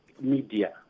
media